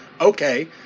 Okay